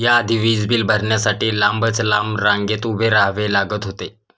या आधी वीज बिल भरण्यासाठी लांबच लांब रांगेत उभे राहावे लागत होते